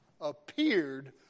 appeared